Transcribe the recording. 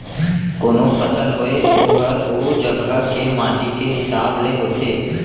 कोनों फसल होय ओहर ओ जघा के माटी के हिसाब ले होथे